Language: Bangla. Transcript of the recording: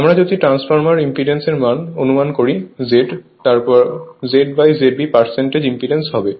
আমরা যদি ট্রান্সফরমার ইম্পিডেন্স এর মান অনুমান করি Z তারপর Z ZB পার্সেন্টেজ ইম্পিডেন্স হবে